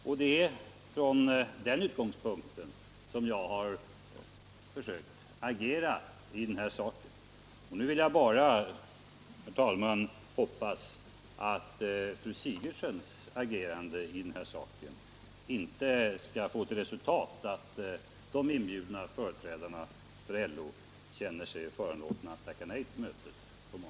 Det är också från den utgångspunkten som jag försökt agera i den här saken. Nu vill jag bara, herr talman, hoppas att fru Sigurdsens agerande i denna sak inte skall få till resultat att de inbjudna företrädarna för LO känner sig föranlåtna att tacka nej till mötet på måndag.